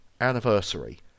anniversary